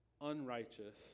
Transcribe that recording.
unrighteous